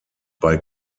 bei